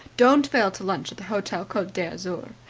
don't fail to lunch at the hotel cote d'azur.